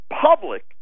public